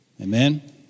Amen